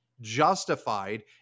justified